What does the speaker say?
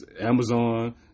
Amazon